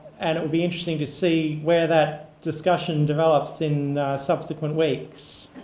and it will be interesting to see where that discussion develops in subsequent weeks.